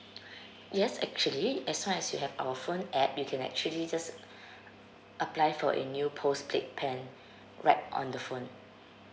yes actually as long as you have our phone app you can actually just apply for a new postpaid plan right on the phone